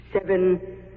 seven